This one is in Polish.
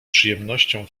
przyjemnością